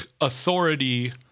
authority